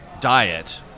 diet